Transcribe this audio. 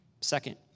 Second